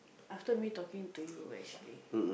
after me talking to you actually